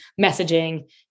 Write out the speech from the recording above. messaging